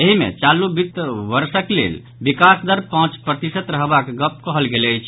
एहि मे चालू वित्त वर्षक लेल विकास दर पांच प्रतिशत रहबाक गप कहल गेल अछि